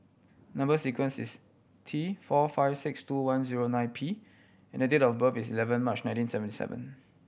number sequence is T four five six two one zero nine P and the date of birth is eleven March nineteen seventy seven